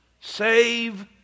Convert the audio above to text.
save